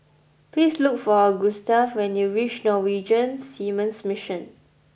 please look for Gustav when you reach Norwegian Seamen's Mission